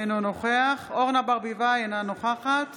אינו נוכח אורנה ברביבאי, אינה נוכחת